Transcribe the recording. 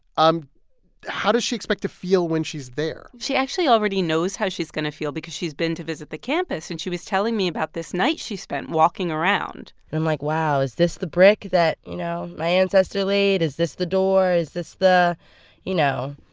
um how does she expect to feel when she's there? she actually already knows how she's going to feel because she's been to visit the campus. and she was telling me about this night she spent walking around and, like, wow. is this the brick that, you know, my ancestor laid? is this the door? is this the you know,